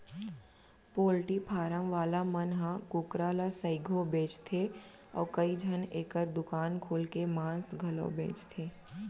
poultry farm वाला मन ह कुकरा ल सइघो बेचथें अउ कइझन एकर दुकान खोल के मांस घलौ बेचथें